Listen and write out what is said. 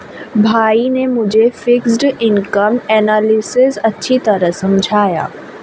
भाई ने मुझे फिक्स्ड इनकम एनालिसिस अच्छी तरह समझाया